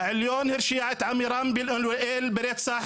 העליון הרשיע את עמירם בן אוליאל ברצח